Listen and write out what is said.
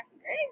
Great